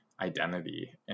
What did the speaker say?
identity